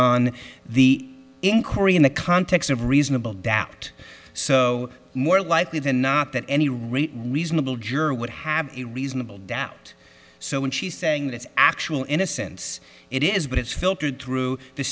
on the inquiry in the context of reasonable doubt so more likely than not that any rate reasonable juror would have a reasonable doubt so when she's saying that's actual innocence it is but it's filtered through the